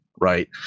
Right